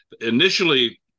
initially